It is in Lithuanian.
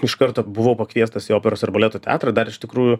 iš karto buvau pakviestas į operos ir baleto teatrą dar iš tikrųjų